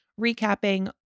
recapping